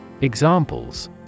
Examples